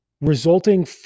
resulting